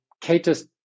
caters